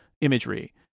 imagery